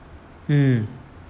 hmm